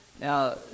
Now